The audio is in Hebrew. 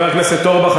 חבר הכנסת אורבך,